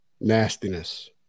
nastiness